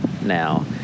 now